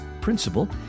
principal